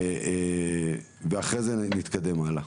ואחרי זה נתקדם הלאה.